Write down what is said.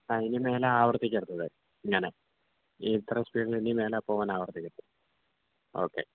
ആ ഇനി മേലാൽ ആവർത്തിക്കരുത് ഇങ്ങനെ ഈ ഇത്രയും സ്പീഡിൽ ഇനി മേലാൽ പോവാൻ ആവർത്തിക്കരുത് ഓക്കെ